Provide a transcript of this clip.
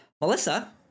Melissa